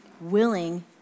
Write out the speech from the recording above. willing